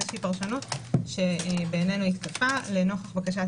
זו פרשנות שבעינינו תקפה לנוכח בקשת